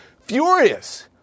furious